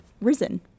risen